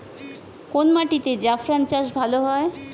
কোন মাটিতে জাফরান চাষ ভালো হয়?